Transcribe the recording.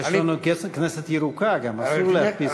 יש לנו "כנסת ירוקה" גם, אסור להדפיס.